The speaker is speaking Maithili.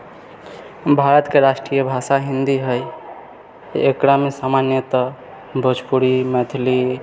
भारतके राष्ट्रीय भाषा हिंदी हइ एकरामे सामान्यतः भोजपुरी मैथिली